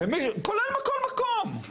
כולל בכל מקום.